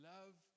Love